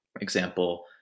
example